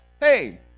Hey